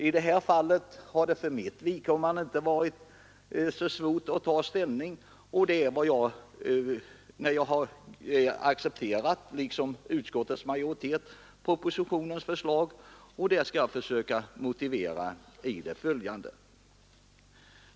I det här fallet har det för mitt vidkommande inte varit särskilt svårt att ta ställning, när jag liksom utskottsmajoriteten har accepterat propositionens förslag, och det skall jag försöka motivera i det följande.